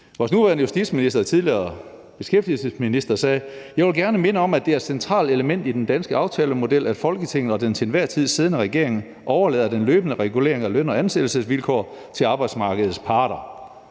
Vores nuværende justitsminister og tidligere beskæftigelsesminister sagde: »Jeg vil gerne minde om, at det er et centralt element i den danske aftalemodel, at Folketinget og den til enhver tid siddende regering overlader den løbende regulering af løn- og ansættelsesvilkår til arbejdsmarkedets parter.«